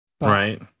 Right